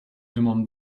demande